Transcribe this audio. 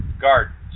gardens